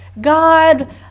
God